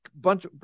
bunch